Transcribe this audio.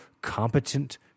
competent